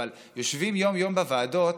יושבים יום-יום בוועדות,